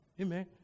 Amen